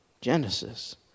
Genesis